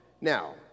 Now